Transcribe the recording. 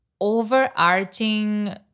overarching